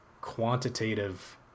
quantitative